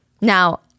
Now